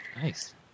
nice